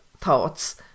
thoughts